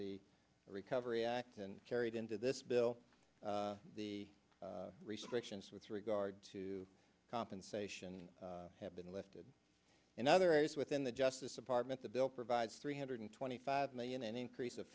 the recovery act and carried into this bill the restrictions with regard to compensation have been lifted in other areas within the justice department the bill provides three hundred twenty five million an increase of